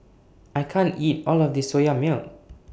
I can't eat All of This Soya Milk